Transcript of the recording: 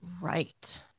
Right